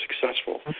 successful